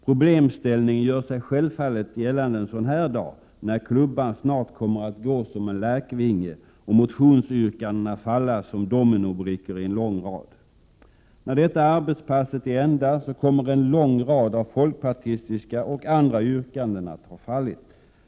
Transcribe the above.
Problemställningen gör sig självfallet gällande en sådan här dag när klubban snart kommer att gå som en lärkvinge och motionsyrkandena falla som dominobrickor i en lång rad. När detta arbetspass är till ända kommer en lång rad av folkpartistiska och andra yrkanden att ha fallit.